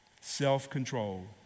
Self-control